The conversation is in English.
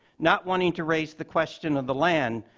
not wanting to raise the question of the land